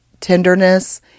tenderness